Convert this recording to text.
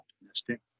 optimistic